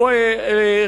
הוא עדיין לא עבר.